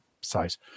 size